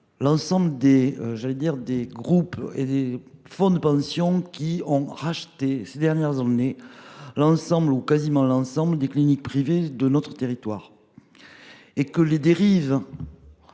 l’ensemble des groupes et des fonds de pension qui ont racheté ces dernières années l’ensemble, ou quasiment l’ensemble des cliniques privées de notre territoire. Chacun se